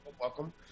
Welcome